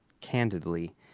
Candidly